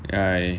I